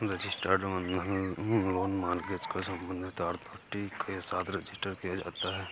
registered बंधक loan में mortgage को संबंधित अथॉरिटी के साथ रजिस्टर किया जाता है